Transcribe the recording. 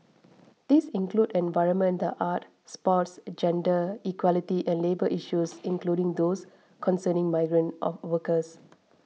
these include the environment the arts sports gender equality and labour issues including those concerning migrant or workers